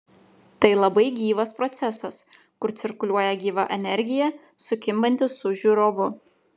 tai labai gyvas procesas kur cirkuliuoja gyva energija sukimbanti su žiūrovu